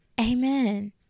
Amen